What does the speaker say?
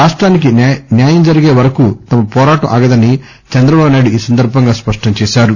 రాష్టానికి న్యాయం జరిగే వరకు తమ పోరాటం ఆగదని చంద్రబాబు స్పష్టం చేశారు